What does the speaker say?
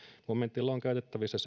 momentilla on käytettävissä